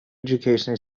education